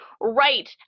right